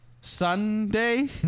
Sunday